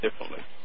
differently